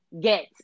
get